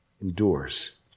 endures